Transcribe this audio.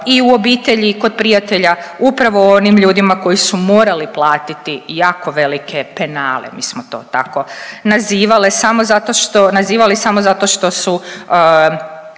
i u obitelji i kod prijatelja upravo o onim ljudima koji su morali platiti jako velike penale, mi smo to tako nazivale samo zato što,